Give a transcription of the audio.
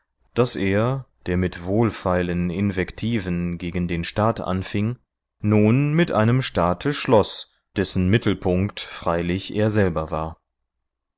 daß er der mit wohlfeilen invektiven gegen den staat anfing nunmehr mit einem staate schloß dessen mittelpunkt freilich er selber war